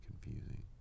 confusing